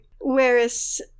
Whereas